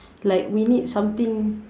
like we need something